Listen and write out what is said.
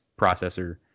processor